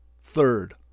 third